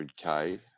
100K